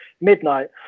midnight